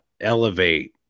elevate